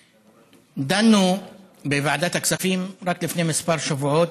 דנו בוועדת הכספים רק לפני כמה שבועות,